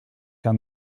down